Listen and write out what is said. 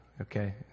okay